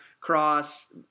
cross